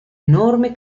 enormi